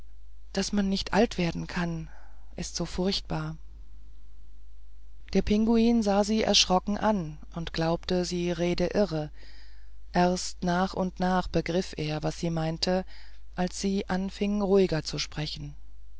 daß man nicht alt werden kann ist so furchtbar der pinguin sah sie erschrocken an und glaubte sie rede irre erst nach und nach begriff er was sie meinte als sie anfing ruhiger zu sprechen